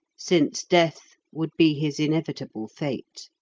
since death would be his inevitable fate.